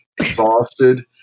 exhausted